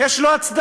יש לו הצדקה.